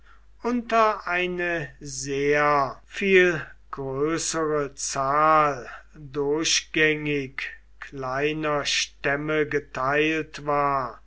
unter eine sehr viel größere zahl durchgängig kleiner stämme geteilt war